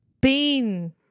bean